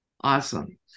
Awesome